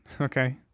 okay